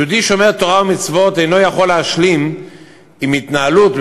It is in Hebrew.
יהודי שומר תורה ומצוות אינו יכול להשלים עם התנהלות,